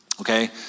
okay